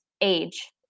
age